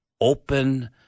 open